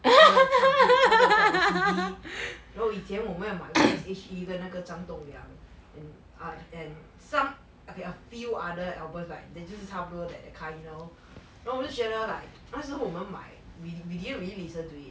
那个唱片那个什么 C_D you know 以前我们在买那个 S_H_E 跟那个張棟樑 and I and some okay a few other albums like then 就是差不多 that kind you know then 我就觉得 like 那时候我们买 we we we 没有 really listen to it